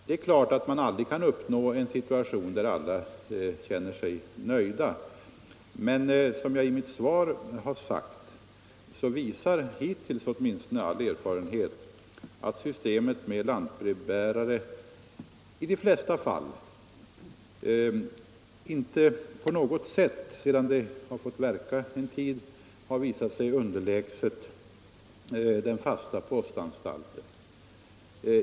Det är klart att man aldrig kan uppnå en situation där alla känner sig nöjda, men som jag sagt i mitt svar visar — hittills åtminstone — all erfarenhet att systemet med lantbrevbärare i de flesta fall inte på något sätt, sedan det fått verka en tid, varit underlägset den fasta postanstalten.